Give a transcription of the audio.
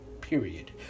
period